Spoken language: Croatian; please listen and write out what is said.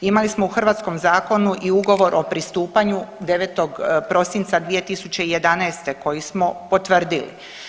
Imali smo u hrvatskom zakonu i ugovor o pristupanju 9. prosinca 2011. koji smo potvrdili.